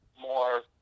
more